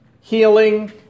Healing